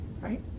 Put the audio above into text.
Right